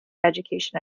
education